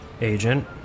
Agent